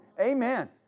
Amen